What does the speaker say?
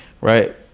Right